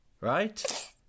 right